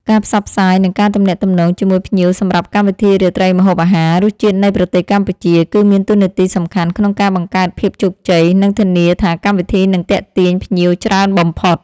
ការផ្សព្វផ្សាយ និងការទំនាក់ទំនងជាមួយភ្ញៀវសម្រាប់កម្មវិធីរាត្រីម្ហូបអាហារ “រសជាតិនៃប្រទេសកម្ពុជា” គឺមានតួនាទីសំខាន់ក្នុងការបង្កើតភាពជោគជ័យ និងធានាថាកម្មវិធីនឹងទាក់ទាញភ្ញៀវច្រើនបំផុត។